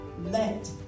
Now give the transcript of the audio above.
let